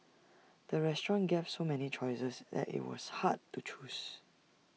the restaurant gave so many choices that IT was hard to choose